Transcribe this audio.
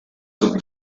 took